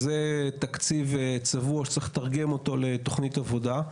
זה תקציב צבוע שצריך לתרגם אותו לתכנית עבודה.